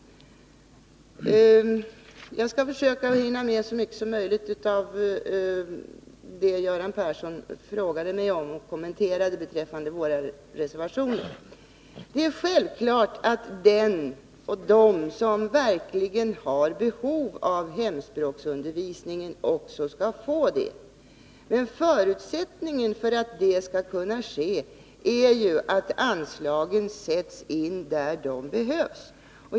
Jag skall försöka hinna med så mycket som möjligt av Göran Perssons frågor och kommentarer beträffande våra reservationer. Det är självklart att de som verkligen har behov av hemspråksundervisning också skall få det. Men förutsättningen för att det skall kunna ske är att anslagen sätts in där de behövs.